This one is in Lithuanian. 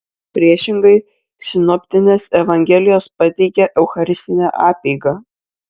priešingai sinoptinės evangelijos pateikia eucharistinę apeigą